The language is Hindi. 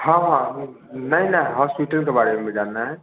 हाँ हाँ नहीं नहीं हॉस्पीटल के बारे में जानना है